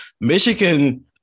Michigan